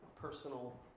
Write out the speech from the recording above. personal